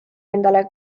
endale